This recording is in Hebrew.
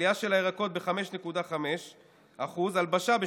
עלייה של הירקות ב-5.5%; הלבשה,